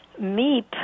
Meep